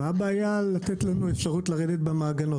מה הבעיה לתת לנו אפשרות לרדת במעגנות?